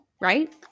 right